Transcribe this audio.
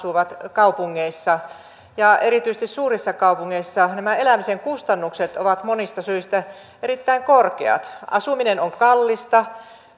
kaupungeissa ja erityisesti suurissa kaupungeissa elämisen kustannukset ovat monista syistä erittäin korkeat asuminen on kallista